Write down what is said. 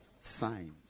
Signs